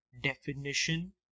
definition